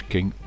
King